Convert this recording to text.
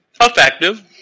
Effective